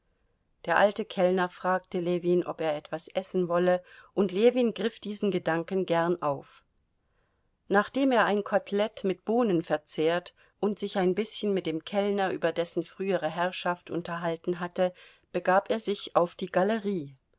der alte kellner fragte ljewin ob er etwas essen wolle und ljewin griff diesen gedanken gern auf nachdem er ein kotelett mit bohnen verzehrt und sich ein bißchen mit dem kellner über dessen frühere herrschaft unterhalten hatte begab er sich auf die galerie